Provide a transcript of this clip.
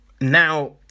now